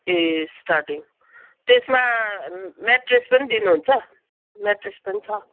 ए starting त्यसमा mattress पनि दिनुहुन्छ म्याट्रेस पनि छ